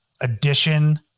addition